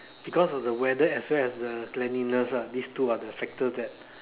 because of the weather as well as the cleanliness lah these two are the factors that